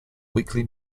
weekly